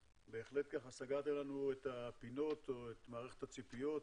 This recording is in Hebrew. בהחלט סגרתם לנו את הפינות, או את מערכת הציפיות,